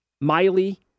Miley